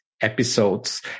episodes